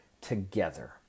together